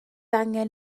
angen